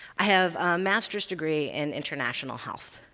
i have a master's degree in international health.